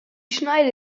schneide